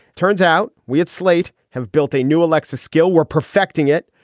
turns out we at slate have built a new aleksa skill, were perfecting it.